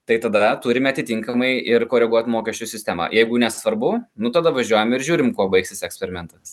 tai tada turime atitinkamai ir koreguot mokesčių sistemą jeigu nesvarbu nu tada važiuojam ir žiūrim kuo baigsis eksperimentas